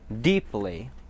deeply